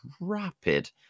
rapid